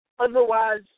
Otherwise